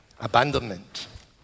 Abandonment